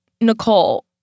Nicole